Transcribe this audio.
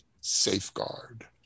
safeguard